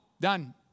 done